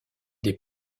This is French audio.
des